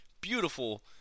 beautiful